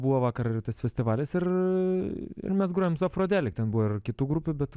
buvo vakar ir tas festivalis ir mes grojom savo afrodelį ten buvo ir kitų grupių bet